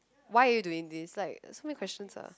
why are you doing this like so many questions asked